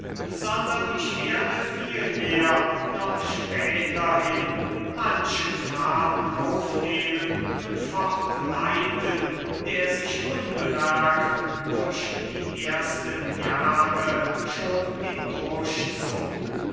sondern ich werde vielmehr noch späterhin manchen faden aufnehmen und fortleiten der sich unbemerkt durch die ersten jahre schon